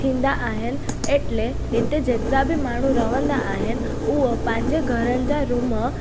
थींदा आहिनि एटले हिते जेतिरा बि माण्हू रहंदा आहिनि उहा पंहिंजे घरनि जा रूम